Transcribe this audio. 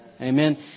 Amen